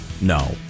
No